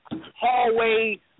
hallway